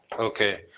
Okay